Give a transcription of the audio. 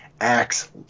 acts